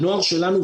הנוער שלנו,